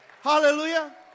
Hallelujah